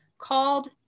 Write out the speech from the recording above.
called